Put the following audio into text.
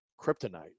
kryptonite